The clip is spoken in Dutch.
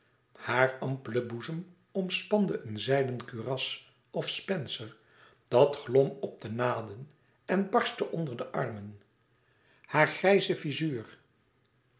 haar ampelen boezem omspande een zijden kuras of spencer dat glom op de naden en barstte onder de armen haar grijze